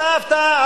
הפתעה הפתעה,